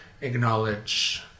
acknowledge